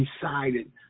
decided